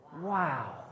wow